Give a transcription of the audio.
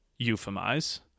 euphemize